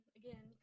again